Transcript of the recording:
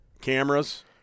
cameras